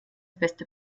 beste